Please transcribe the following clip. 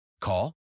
call